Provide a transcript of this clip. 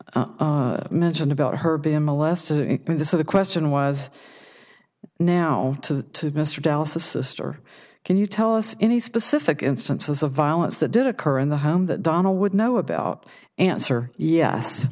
mentioned about her being molested and this is the question was now to mr dallas a sister can you tell us any specific instances of violence that did occur in the home that donna would know about answer yes